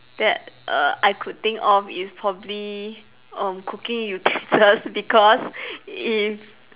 that err I could think of is probably uh cooking utensils because if